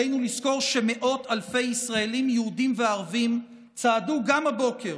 עלינו לזכור שמאות אלפי ישראלים יהודים וערבים צעדו גם הבוקר,